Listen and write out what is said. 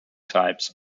types